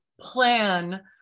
plan